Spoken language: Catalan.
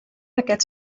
aquests